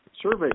survey